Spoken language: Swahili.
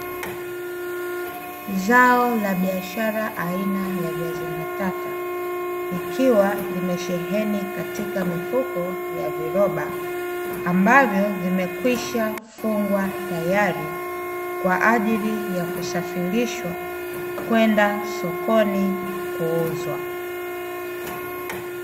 Zao la biashara aina ya viazi mbatata likiwa limesheheni katika mifuko ya viroba ambavyo vimekwisha fungwa tayari kwa ajili ya kusafirishwa kwenda sokoni kuuzwa.